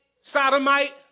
sodomite